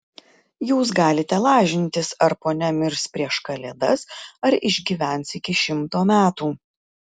jūs galite lažintis ar ponia mirs prieš kalėdas ar išgyvens iki šimto metų